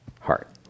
Heart